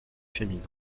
féminin